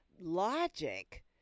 logic